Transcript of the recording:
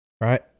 Right